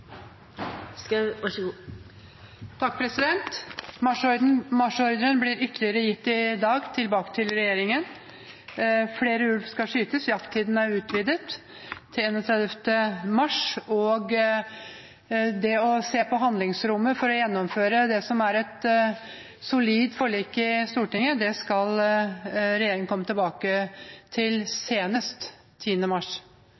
ytterligere gitt til regjeringen i dag: tilbake. Flere ulv skal skytes, jakttiden er utvidet til 31. mars, og det å se på handlingsrommet for å gjennomføre det som er et solid forlik i Stortinget, skal regjeringen komme tilbake til senest 10. mars.